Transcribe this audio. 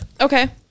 Okay